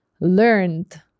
learned